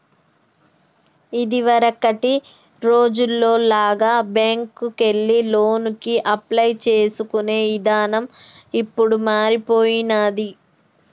ఇదివరకటి రోజుల్లో లాగా బ్యేంకుకెళ్లి లోనుకి అప్లై చేసుకునే ఇదానం ఇప్పుడు మారిపొయ్యినాది